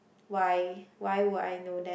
why why would I know that